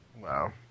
Wow